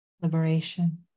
liberation